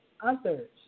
others